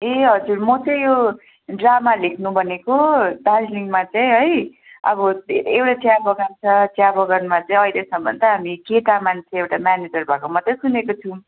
ए हजुर म चाहिँ यो ड्रामा लेख्नु भनेको दार्जलिङमा चाहिँ है अब धेरैवटा चिया बगान छ चिया बगानमा चाहिँ अहिलेसम्मन् त हामी केटामान्छे एउटा म्यानेजर भएको मात्रै सुनेको छौँ